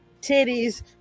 titties